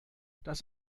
das